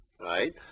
right